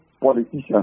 politician